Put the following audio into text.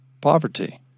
poverty